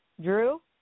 Drew